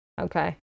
Okay